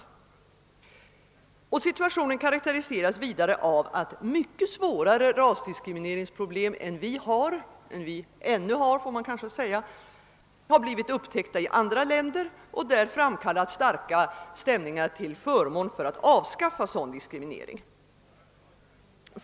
Situationen karakteriseras vidare av att mycket svårare rasdiskrimineringsproblem än vad vi har — vad vi ännu har, får man kanske säga — har blivit upptäckta i andra länder och där framkallat starka stämningar till förmån för att avskaffa sådan diskriminering.